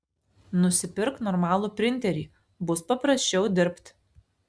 nusipirk normalų printerį bus paprasčiau dirbt